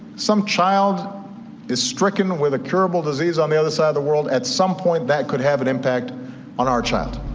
some child is stricken with a curable disease on the other side of the world, at some point that could have an impact on our child.